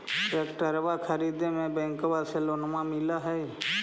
ट्रैक्टरबा खरीदे मे बैंकबा से लोंबा मिल है?